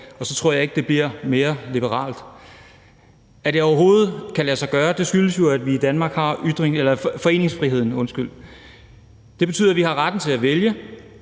Og så tror jeg ikke, det bliver mere liberalt. At det overhovedet kan lade sig gøre, skyldes jo, at vi i Danmark har foreningsfrihed. Det betyder, at vi har retten til at vælge,